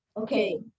Okay